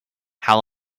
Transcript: how